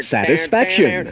Satisfaction